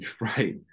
Right